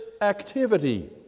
activity